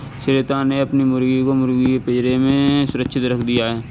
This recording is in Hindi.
श्वेता ने अपनी मुर्गी को मुर्गी के पिंजरे में सुरक्षित रख दिया